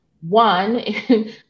one